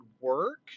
work